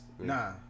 Nah